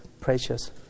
precious